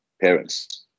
parents